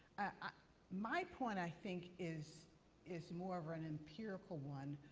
ah my point, i think, is is more of an empirical one.